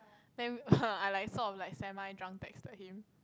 then I like I sort of like semi drunk texted him